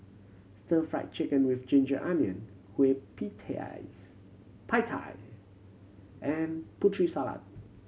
Stir Fry Chicken with ginger onion kueh pie tee and Putri Salad